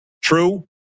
True